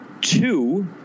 two